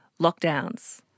lockdowns